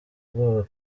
ubwoba